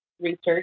research